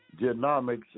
genomics